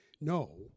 no